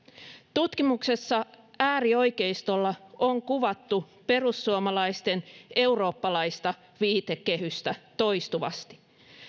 tutkimuksessa äärioikeistolla on kuvattu perussuomalaisten eurooppalaista viitekehystä toistuvasti